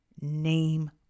name